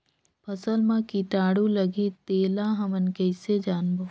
फसल मा कीटाणु लगही तेला हमन कइसे जानबो?